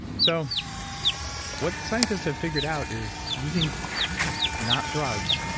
so what scientists have figured out is using tech, not drugs,